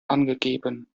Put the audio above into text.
angegeben